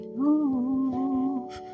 move